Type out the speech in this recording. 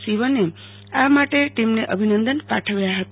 શિવને આ માટે ટીમને અભિનદન પાઠવ્યા હતા